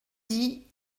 dit